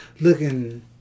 looking